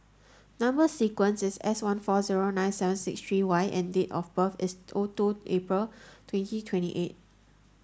number sequence is S one four zero nine seven six three Y and date of birth is O two April twenty twenty eight